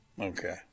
Okay